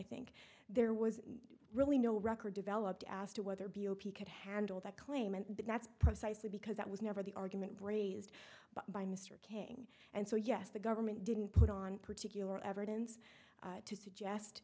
think there was really no record developed as to whether b o p could handle that claim and that's precisely because that was never the argument raised by mr king and so yes the government didn't put on particular evidence to suggest